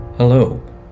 Hello